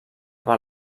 per